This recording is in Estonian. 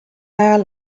ajal